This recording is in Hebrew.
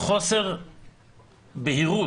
חוסר בהירות,